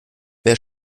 wer